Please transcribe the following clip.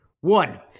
One